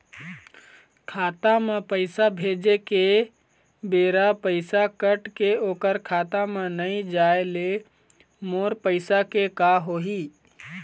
खाता म पैसा भेजे के बेरा पैसा कट के ओकर खाता म नई जाय ले मोर पैसा के का होही?